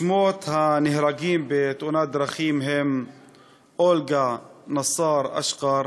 שמות הנהרגים בתאונת הדרכים הם אולגה נסאר אשקר,